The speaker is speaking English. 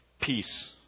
peace